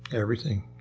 everything.